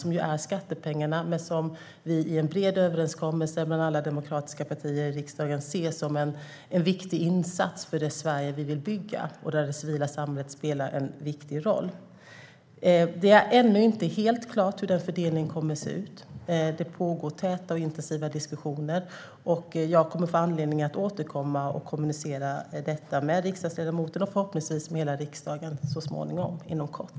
Det är skattepengar som vi i en bred överenskommelse mellan alla demokratiska partier i riksdagen ser som en viktig insats för det Sverige vi vill bygga och där det civila samhället spelar en viktig roll. Det är ännu inte helt klart hur fördelningen kommer att se ut. Täta och intensiva diskussioner pågår, och jag kommer att få anledning att återkomma och kommunicera om detta med riksdagsledamoten och förhoppningsvis hela riksdagen inom kort.